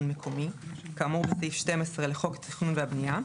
מקומי כאמור בסעיף 12 לחוק התכנון והבנייה,